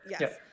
Yes